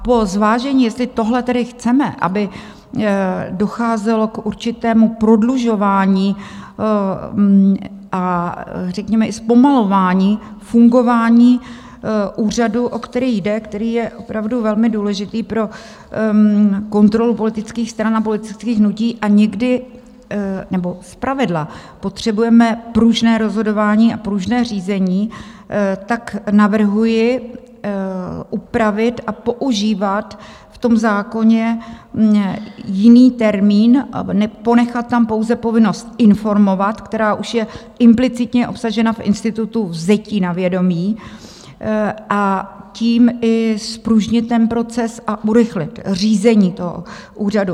Po zvážení, jestli tohle tedy chceme, aby docházelo k určitému prodlužování a řekněme i zpomalování fungování úřadu, o který jde, který je opravdu velmi důležitý pro kontrolu politických stran a politických hnutí, a někdy, nebo zpravidla potřebujeme pružné rozhodování a pružné řízení, tak navrhuji upravit a používat v tom zákoně jiný termín, ponechat tam pouze povinnost informovat, která už je implicitně obsažena v institutu vzetí na vědomí, a tím i zpružnit ten proces a urychlit řízení úřadu.